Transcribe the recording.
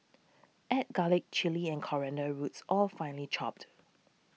add garlic chilli and coriander roots all finely chopped